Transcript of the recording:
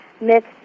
myths